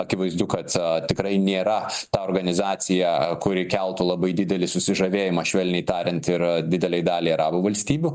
akivaizdu kad tikrai nėra ta organizacija kuri keltų labai didelį susižavėjimą švelniai tariant ir didelei daliai arabų valstybių